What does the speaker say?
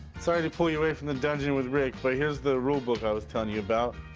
sorry to pull you away from the dungeon with rick, but here's the rule book i was telling you about.